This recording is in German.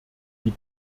die